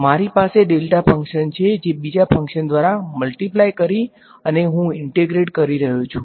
મારી પાસે delta function છે જે બીજા ફંક્શન દ્વારા મલ્ટીપ્લાય કરી અને હું ઈંટેગ્રેટ કરી રહ્યો છું